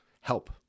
help